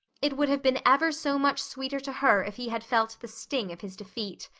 it would have been ever so much sweeter to her if he had felt the sting of his defeat.